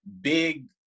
big